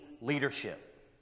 leadership